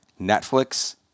Netflix